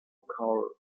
car